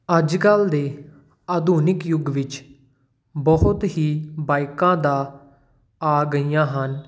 ਅੱਜ ਕੱਲ੍ਹ ਦੇ ਆਧੁਨਿਕ ਯੁੱਗ ਵਿੱਚ ਬਹੁਤ ਹੀ ਬਾਈਕਾਂ ਦਾ ਆ ਗਈਆਂ ਹਨ